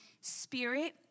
spirit